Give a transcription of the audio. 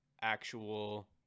actual